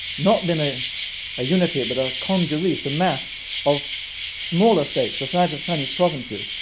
not been ah a unity but a congeries, a mass of smaller states, the size of chinese provinces,